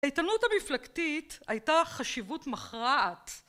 לאיתנות המפלגתית הייתה חשיבות מכרעת.